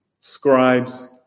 scribes